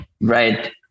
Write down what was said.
right